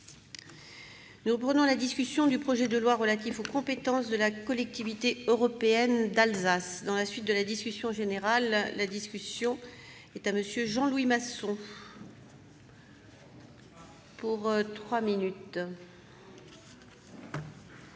Nous reprenons la discussion du projet de loi relatif aux compétences de la Collectivité européenne d'Alsace. Dans la suite de la discussion générale, la parole est à M. Jean Louis Masson. Madame